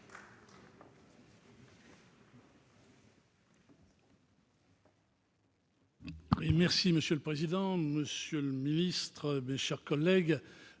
vote. Monsieur le président, monsieur le ministre, mes chers collègues,